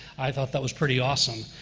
i thought that was pretty awesome.